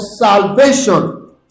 salvation